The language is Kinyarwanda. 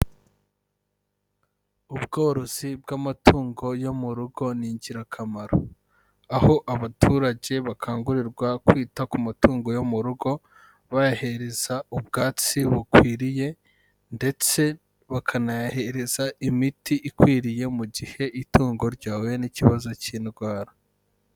Ubworozi bw'amatungo yo mu rugo ni ingirakamaro; aho abaturage bakangurirwa kwita ku matungo yo mu rugo, bayahereza ubwatsi bukwiriye ndetse bakanayahereza imiti ikwiriye mu gihe itungo ryahuye n'ikibazo cy'indwara.